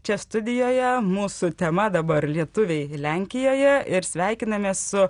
čia studijoje mūsų tema dabar lietuviai lenkijoje ir sveikinamės su